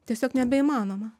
tiesiog nebeįmanoma